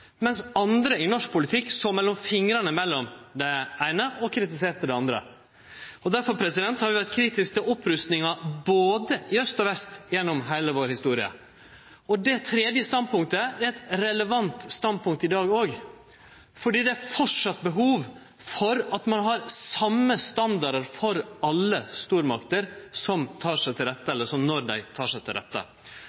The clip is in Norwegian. mens andre i norsk politikk såg mellom fingrane med det eine og kritiserte det andre. Derfor har vi vore kritiske til opprustinga i både aust og vest gjennom heile vår historie. Det tredje standpunktet er eit relevant standpunkt i dag òg, fordi det fortsatt er behov for at ein har same standardar for alle stormakter